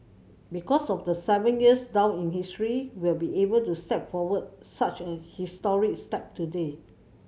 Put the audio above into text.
because of the seven years down in history we'll be able to step forward such a historic step today